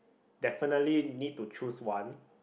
definitely need to choose one